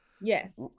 yes